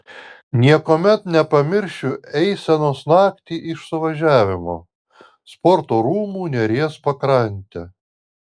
niekuomet nepamiršiu eisenos naktį iš suvažiavimo sporto rūmų neries pakrante